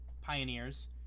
Pioneers